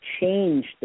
change